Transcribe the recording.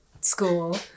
school